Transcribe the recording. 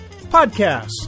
Podcast